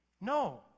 No